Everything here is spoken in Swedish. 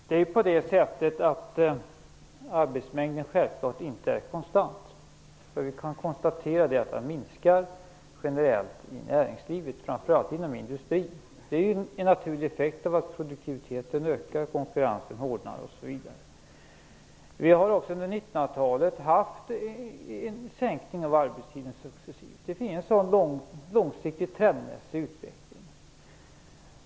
Fru talman! Självklart är arbetsmängden inte konstant. Vi kan konstatera att den generellt minskar i näringslivet, framför allt inom industrin. Det är en naturlig effekt av att produktiviteten ökar, konkurrensen hårdnar osv. Vi har också under 1900-talet haft en successiv sänkning av arbetstiden. Det finns en sådan långsiktig och trendmässig utveckling.